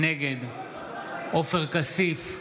נגד עופר כסיף,